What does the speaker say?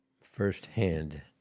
firsthand